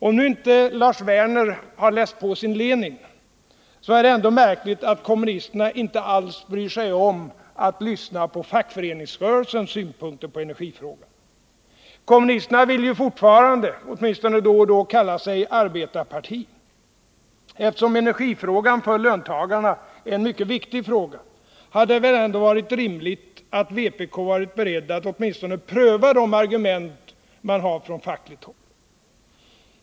Om nu inte Lars Werner läst på sin Lenin, så är det ändå märkligt att kommunisterna inte alls brytt sig om att lyssna på fackföreningsrörelsens synpunkter på energifrågan. Kommunisterna vill ju fortfarande, åtminstone då och då, kalla sig ett arbetarparti. Eftersom energifrågan för löntagarna är en mycket viktig fråga, hade det väl ändå varit rimligt att vpk varit berett att åtminstone pröva de argument man har från fackligt håll.